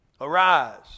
Arise